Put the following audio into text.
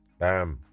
bam